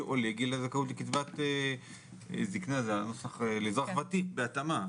יועלה גיל הזכאות לקצבת אזרח ותיק בהתאמה".